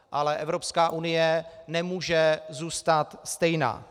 Ale Evropská unie nemůže zůstat stejná.